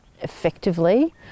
effectively